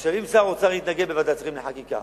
אם שר האוצר יתנגד בוועדת השרים לחקיקה